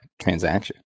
transaction